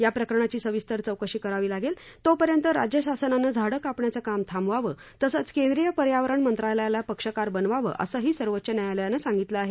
या प्रकरणाची सविस्तर चौकशी करावी लागेल तोपर्यंत राज्य शासनानं झाडं कापण्याचं काम थांबवावं तसंच केंद्रीय पर्यावरण मंत्रालयाला पक्षकार बनवावं असंही सर्वोच्च न्यायालयानं सांगितलं आहे